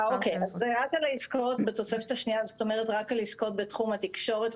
אז מדובר רק על עסקות בתחום התקשורת,